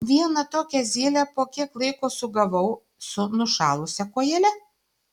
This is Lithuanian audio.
vieną tokią zylę po kiek laiko sugavau su nušalusia kojele